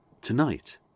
tonight